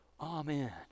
Amen